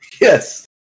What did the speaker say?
Yes